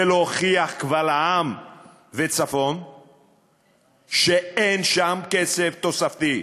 ולהוכיח קבל עם וצפון שאין שם כסף תוספתי.